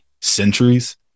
centuries